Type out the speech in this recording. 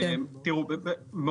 תנו לו בבקשה להשיב.